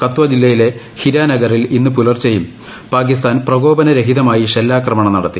കത്വ ജില്ലയിലെ ഹിരാനഗറിൽ ഇന്ന് പുലർച്ചെയും പാകിസ്ഥാൻ പ്രകോപന രഹിതമായി ഷെല്ലാക്രമണം നടത്തി